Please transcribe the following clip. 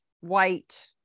white